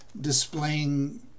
displaying